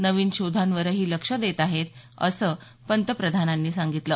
नवीन शोधांवरही लक्ष देत आहेत असं पंतप्रधानांनी सांगितलं